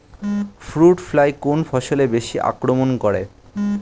Fruit fly কোন ফসলে বেশি আক্রমন করে?